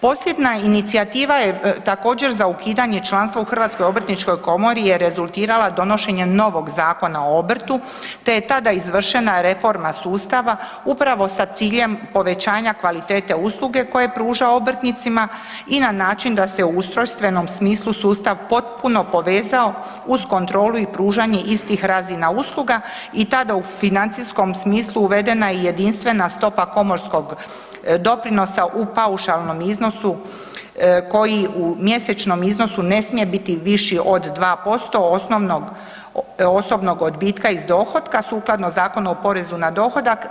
Posljednja inicijativa je također za ukidanje članstva u HOK-u je rezultirala donošenjem novog Zakona o obrtu, te je tada izvršena reforma sustava upravo sa ciljem povećanja kvalitete usluge koje pruža obrtnicima i na način da se u ustrojstvenom smislu sustav potpuno povezao uz kontrolu i pružanje istih razina usluga i tada u financijskom smislu uvedene je jedinstvena stopa komorskog doprinosa u paušalnom iznosu koji u mjesečnom iznosu ne smije biti viši od 2% osobnog odbitka iz dohotka sukladno Zakonu o porezu na dohodak.